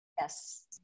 Yes